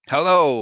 Hello